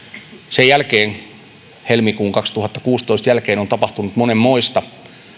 sen jälkeen helmikuun kaksituhattakuusitoista jälkeen on tapahtunut monenmoista